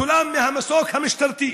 שצולם מהמסוק המשטרתי,